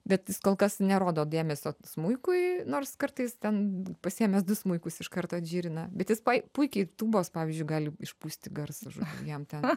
bet jis kol kas nerodo dėmesio smuikui nors kartais ten pasiėmęs du smuikus iš karto džyrina bet jis puikiai tūbos pavyzdžiui gali išpūsti garsą jam ten